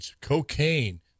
cocaine